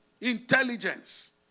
Intelligence